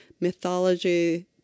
mythology-